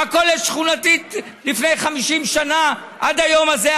מכולת שכונתית מלפני 50 שנה עד היום הזה,